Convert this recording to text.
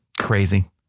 Crazy